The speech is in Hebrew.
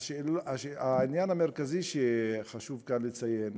העניין המרכזי שחשוב כאן לציין